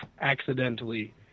accidentally